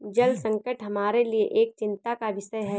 जल संकट हमारे लिए एक चिंता का विषय है